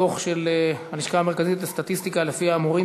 דוח הלשכה המרכזית לסטטיסטיקה: שכר המורים